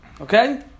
Okay